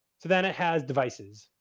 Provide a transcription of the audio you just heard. so, then it has devices.